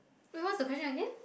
wait what's the question again